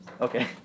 Okay